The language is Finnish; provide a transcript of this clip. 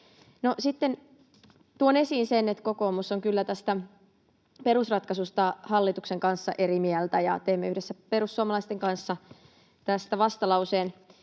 tuon esiin sen, että kokoomus on kyllä tästä perusratkaisusta hallituksen kanssa eri mieltä ja teimme yhdessä perussuomalaisten kanssa tästä vastalauseen